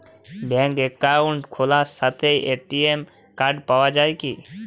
ব্যাঙ্কে অ্যাকাউন্ট খোলার সাথেই এ.টি.এম কার্ড পাওয়া যায় কি?